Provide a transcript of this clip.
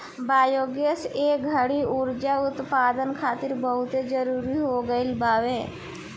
biogas ए घड़ी उर्जा उत्पदान खातिर बहुते जरुरी हो गईल बावे